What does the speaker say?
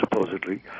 supposedly